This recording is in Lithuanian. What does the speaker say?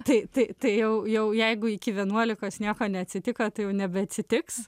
tai tai tai jau jau jeigu iki vienuolikos nieko neatsitiko tai jau nebeatsitiks